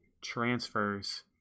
transfers